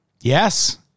Yes